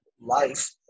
life